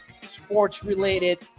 sports-related